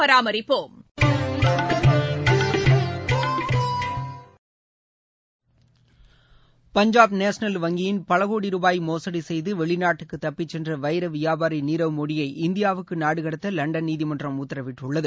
Punjab national வங்கியில் பல கோடி ரூபாய் மோசடி செய்து வெளிநாட்டுக்கு தப்பிச் சென்ற வைர வியபாரி நீரவ் மோடியை இந்தியாவுக்கு நாடு கடத்த லண்டன் நீதிமன்றம் உத்தரவிட்டுள்ளது